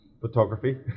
Photography